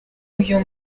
uyu